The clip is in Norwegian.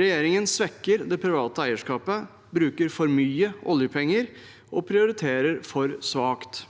Regjeringen svekker det private eierskapet, bruker for mye oljepenger og prioriterer for svakt.